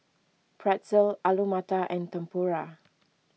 Pretzel Alu Matar and Tempura